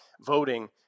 voting